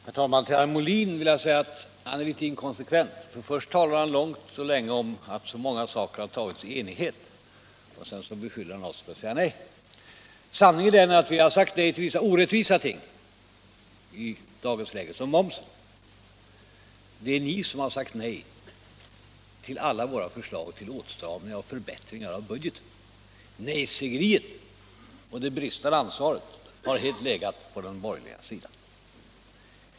Herr talman! Till herr Molin vill jag säga att han är litet inkonsekvent. Först talar han långt och länge om att så många beslut fattats i enighet och sedan beskyller han oss för att säga nej. Sanningen är den att vi har sagt nej till vissa orättvisa ting som momshöjningen i dagens läge. Det är ni som har sagt nej till alla våra förslag till åtstramningar och förbättringar av budgeten. Nejsägeriet och det bristande ansvaret har helt legat på den borgerliga sidan.